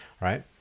right